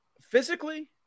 Physically